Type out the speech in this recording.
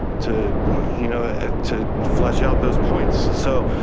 to you know ah to flesh out those points. so,